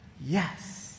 Yes